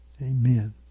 Amen